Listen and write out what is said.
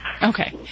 Okay